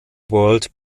world